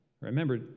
Remember